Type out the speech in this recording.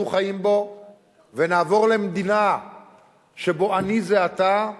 חיים בו ונעבור למדינה שבה אני זה אתה,